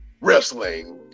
Wrestling